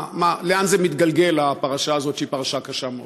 ולאן מתגלגלת הפרשה הזאת, שהיא פרשה קשה מאוד?